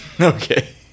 Okay